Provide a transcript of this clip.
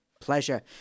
pleasure